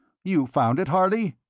you found it, harley?